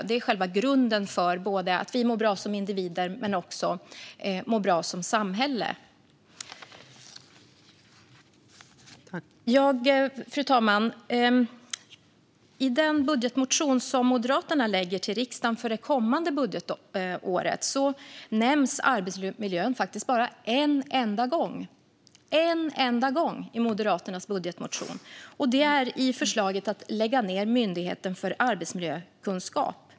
Det är själva grunden för att vi ska må bra som individer men också som samhälle. Fru talman! I den budgetmotion som Moderaterna har väckt i riksdagen för det kommande budgetåret nämns arbetsmiljön faktiskt bara en enda gång. Den nämns en enda gång i Moderaternas budgetmotion, och det är i förslaget om att lägga ned Myndigheten för arbetsmiljökunskap.